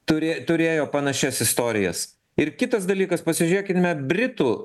turi turėjo panašias istorijas ir kitas dalykas pasižiūrėkime britų